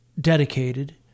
dedicated